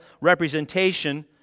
representation